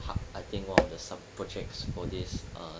part I think one of the sub projects for this uh